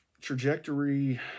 trajectory